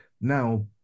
Now